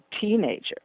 teenager